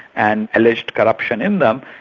and alleged corruption in them,